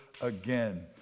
again